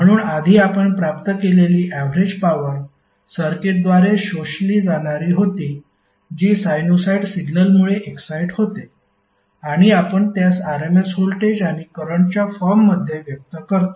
म्हणून आधी आपण प्राप्त केलेली ऍवरेज पॉवर सर्किटद्वारे शोषली जाणारी होती जी साइनुसॉईड सिग्नलमुळे एक्साईट होते आणि आपण त्यास RMS व्होल्टेज आणि करंटच्या फॉर्ममध्ये व्यक्त करतो